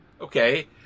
Okay